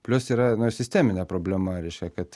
plius yra na sisteminė problema reiškia kad